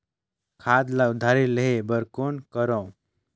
खाद ल उधारी लेहे बर कौन करव?